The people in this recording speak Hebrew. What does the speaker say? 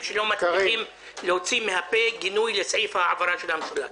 להקים את כל הוועדות, לרבות הוועדה שאתה ביקשת.